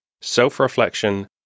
Self-Reflection